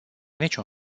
niciun